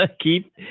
keep